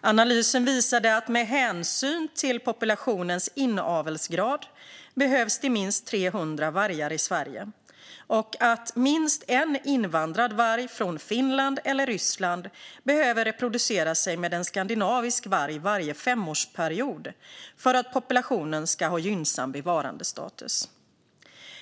Analysen visade att det med hänsyn till populationens inavelsgrad behövs minst 300 vargar i Sverige och att minst en invandrad varg från Finland eller Ryssland behöver reproducera sig med en skandinavisk varg varje femårsperiod för att populationen ska ha gynnsam bevarandestatus.